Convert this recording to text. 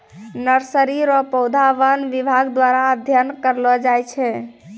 nursery रो पौधा वन विभाग द्वारा अध्ययन करलो जाय छै